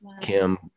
Kim